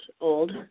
old